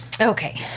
Okay